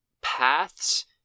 paths